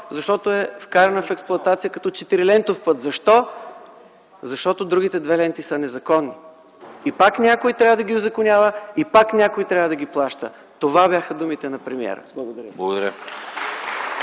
Защото е вкарана в експлоатация като четирилентов път. Защо? Защото другите две ленти са незаконни. И пак някой трябва да ги узаконява, и пак някой трябва да ги плаща. Това бяха думите на премиера. Благодаря.